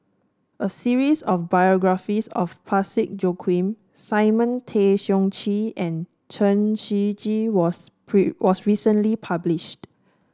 a series of biographies about Parsick Joaquim Simon Tay Seong Chee and Chen Shiji was was recently published